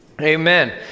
Amen